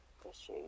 issues